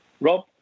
Rob